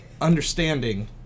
understanding